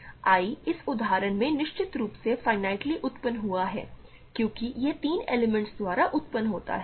I इस उदाहरण में निश्चित रूप से फाइनाईटली उत्पन्न हुआ हैक्योंकि यह तीन एलिमेंट्स द्वारा उत्पन्न होता है